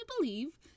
believe